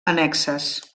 annexes